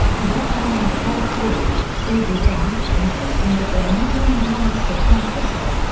vietnam and the gulf war, soldiers on, insisting that they are not only harmless but beneficial.